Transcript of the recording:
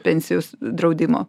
pensijos draudimo